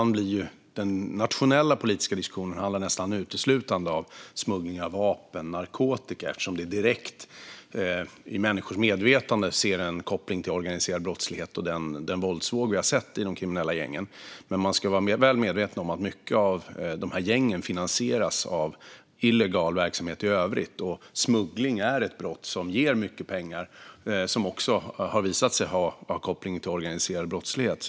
Den nationella politiska diskussionen handlar nästan uteslutande om smuggling av vapen och narkotika, eftersom det i människors medvetande finns en direkt koppling till organiserad brottslighet och den våldsvåg som vi har sett i de kriminella gängen. Men man ska vara väl medveten om att många av de kriminella gängen finansieras av illegal verksamhet i övrigt, och smuggling är ett brott som ger mycket pengar och som också har visat sig ha koppling till organiserad brottslighet.